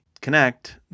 Connect